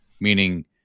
meaning